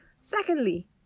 Secondly